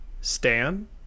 Stan